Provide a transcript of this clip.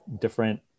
different